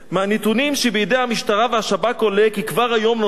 מהנתונים שבידי המשטרה והשב"כ עולה כי כבר היום נוטלים